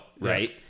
right